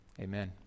amen